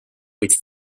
kuid